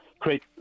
create